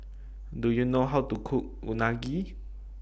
Do YOU know How to Cook Unagi